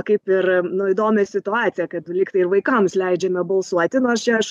kaip ir nu įdomią situacija kad lygtai ir vaikams leidžiame balsuoti nors čia aš